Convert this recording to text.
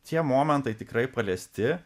tie momentai tikrai paliesti